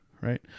right